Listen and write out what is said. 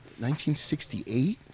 1968